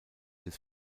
des